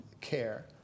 care